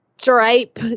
stripe